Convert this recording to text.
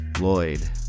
Lloyd